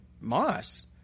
Moss